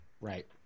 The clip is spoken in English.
right